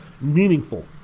meaningful